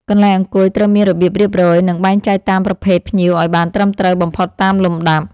កន្លែងអង្គុយត្រូវមានរបៀបរៀបរយ និង បែងចែកតាមប្រភេទភ្ញៀវឱ្យបានត្រឹមត្រូវបំផុតតាមលំដាប់។